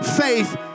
faith